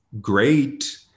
great